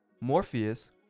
Morpheus